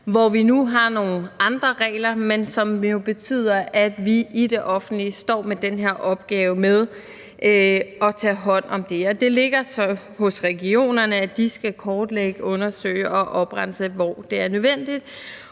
plads – nu har vi nogle andre regler – men det betyder jo, at vi i det offentlige står med den her opgave med at tage hånd om det. Og det ligger så hos regionerne, at de skal kortlægge, undersøge og oprense, hvor det er nødvendigt,